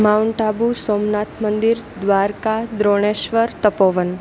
mount Abu Somnath મંદિર દ્વારકા દ્રોણેશ્વર તપોવન